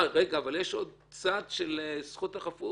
יש עוד צד של זכות החפות,